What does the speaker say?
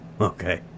Okay